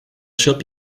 ship